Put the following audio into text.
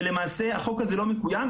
ולמעשה החוק הזה לא מקוים,